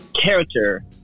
character